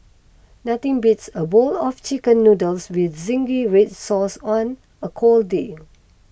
nothing beats a bowl of Chicken Noodles with Zingy Red Sauce on a cold day